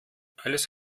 alles